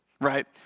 right